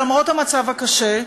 למרות המצב הקשה,